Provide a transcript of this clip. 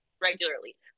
regularly